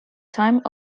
time